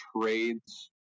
trades